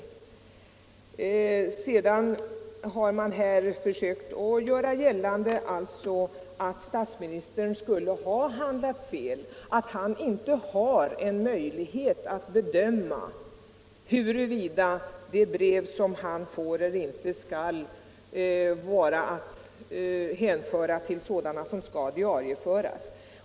I debatten har man försökt göra gällande att statsministern skulle ha 173 handlat fel och att han inte har en möjlighet att bedöma huruvida brev som han får skall diarieföras.